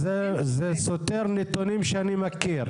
אז זה סותר נתונים שאני מכיר.